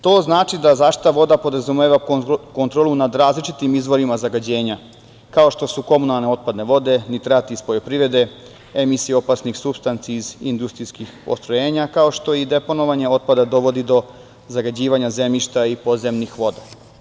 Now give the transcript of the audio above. To znači da zaštita voda podrazumeva kontrolu nad različitim izvorima zagađenja, kao što su komunalne otpadne vode, nitrati iz poljoprivrede, emisija opasnih supstanci iz industrijskih postrojenja, kao što i deponovanje otpada dovodi do zagađivanja zemljišta i podzemnih voda.